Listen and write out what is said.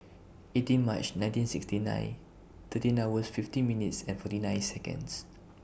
eighteen March nineteen sixty nine thirteen hours fifty minutes and forty nine Seconds